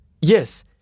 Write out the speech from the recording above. Yes